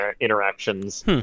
interactions